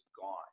gone